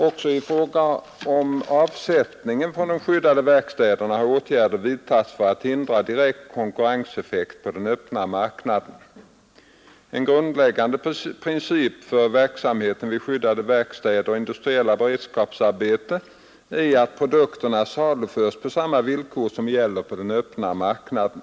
Också i fråga om avsättningen från de skyddade verkstäderna har åtgärder vidtagits för att hindra direkt konkurrenseffekt på den öppna marknaden. En grundläggande princip för verksamheten vid skyddade verkstäder och industriella beredskapsarbeten är att produkterna saluförs på samma villkor som gäller på den öppna marknaden.